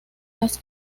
las